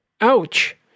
Ouch